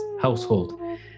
household